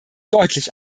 deutlich